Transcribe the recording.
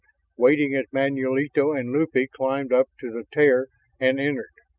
waiting as manulito and lupe climbed up to the tear and entered.